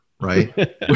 right